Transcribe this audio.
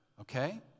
okay